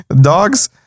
dogs